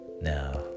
Now